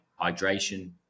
hydration